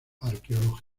arqueológicos